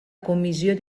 comissió